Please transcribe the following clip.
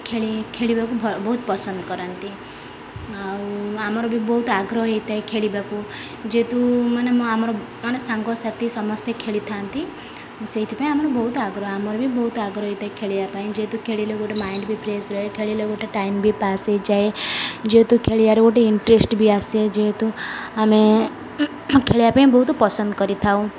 ଖେଳି ଖେଳିବାକୁ ବହୁତ ପସନ୍ଦ କରନ୍ତି ଆଉ ଆମର ବି ବହୁତ ଆଗ୍ରହ ହେଇଥାଏ ଖେଳିବାକୁ ଯେହେତୁ ମାନେ ଆମର ମାନେ ସାଙ୍ଗସାଥି ସମସ୍ତେ ଖେଳିଥାନ୍ତି ସେଇଥିପାଇଁ ଆମର ବହୁତ ଆଗ୍ରହ ଆମର ବି ବହୁତ ଆଗ୍ରହ ହେଇଥାଏ ଖେଳିବା ପାଇଁ ଯେହେତୁ ଖେଳିଲେ ଗୋଟେ ମାଇଣ୍ଡ ବି ଫ୍ରେସ ରହେ ଖେଳିଲେ ଗୋଟେ ଟାଇମ ବି ପାସ୍ ହେଇଯାଏ ଯେହେତୁ ଖେଳିବରେ ଗୋଟେ ଇଣ୍ଟରେଷ୍ଟ ବି ଆସେ ଯେହେତୁ ଆମେ ଖେଳିବା ପାଇଁ ବହୁତ ପସନ୍ଦ କରିଥାଉ